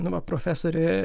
nu va profesorė